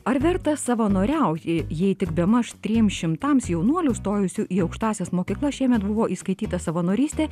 ar verta savanoriauti jei tik bemaž trims šimtams jaunuolių stojusių į aukštąsias mokyklas šiemet buvo įskaityta savanorystė